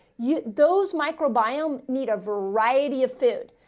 yeah those microbiome need a variety of food.